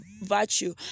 virtue